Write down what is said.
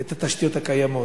את התשתיות הקיימות.